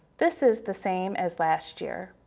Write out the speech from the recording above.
this is the same as last year.